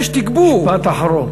משפט אחרון.